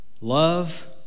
love